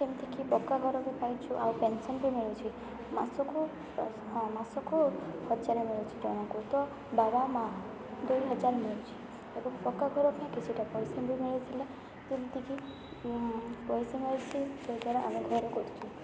ଯେମିତିକି ପକ୍କା ଘର ବି ପାଇଛୁ ଆଉ ପେନସନ୍ ବି ମିଳୁଛି ମାସକୁ ହଁ ମାସକୁ ହଜାରେ ମିଳୁଛି ଜଣକୁ ତ ବାବା ମାଆ ଦୁଇହଜାର ମିଳୁଛି ଏବଂ ପକ୍କା ଘର ପାଇଁ କିଛିଟା ପଇସା ଭି ମିଳିଥିଲା ଯେମିତିକି ପଇସା ମିଳିଛି ଯେଉଁ ଦ୍ୱାରା ଆମେ ଘର କରିଛୁ